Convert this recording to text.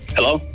Hello